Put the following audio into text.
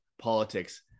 politics